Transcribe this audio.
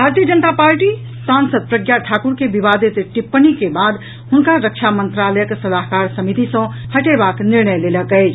भारतीय जनता पार्टी सांसद प्रज्ञा ठाकुर के विवादित टिप्पणी के बाद हुनका रक्षा मंत्रालयक सलाहकार समिति सँ हटेबाक निर्णय लेलक अछि